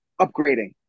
upgrading